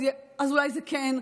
אז אולי זה כן,